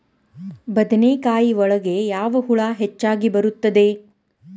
ಬದನೆಕಾಯಿ ಒಳಗೆ ಯಾವ ಹುಳ ಹೆಚ್ಚಾಗಿ ಬರುತ್ತದೆ?